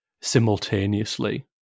simultaneously